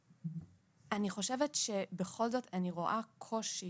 אני חושבת שאני רואה בכל זאת קושי